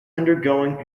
undergoing